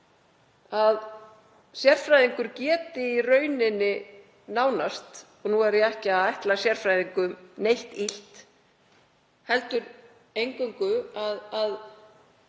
að sérfræðingur geti nánast — og nú er ég ekki að ætla sérfræðingum neitt illt heldur eingöngu að